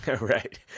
Right